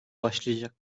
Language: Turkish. başlayacak